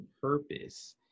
purpose